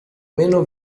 meno